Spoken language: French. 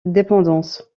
dépendance